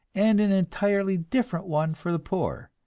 and an entirely different one for the poor,